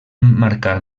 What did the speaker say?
marcar